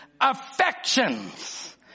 Affections